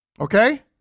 Okay